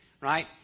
right